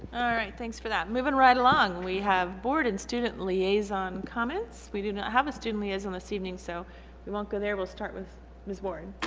alright thanks for that moving right along we have board and student liaison comments. we don't have a student liaison this evening so we won't go there we'll start with ms ward